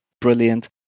brilliant